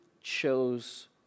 chose